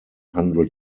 hundred